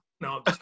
no